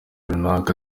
runaka